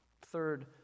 Third